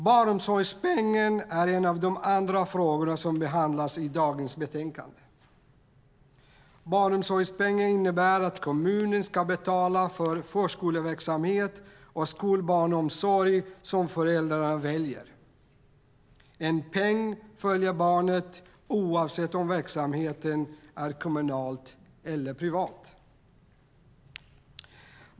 Barnomsorgspengen är en annan fråga som behandlas i dagens betänkande. Barnomsorgspeng innebär att kommunen ska betala för den förskoleverksamhet och skolbarnomsorg som föräldrarna väljer. En peng följer barnet, oavsett om verksamheten är kommunal eller privat.